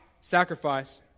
sacrifice